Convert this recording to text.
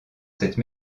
cette